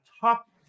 top